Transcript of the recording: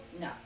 no